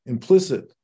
Implicit